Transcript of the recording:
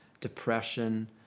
depression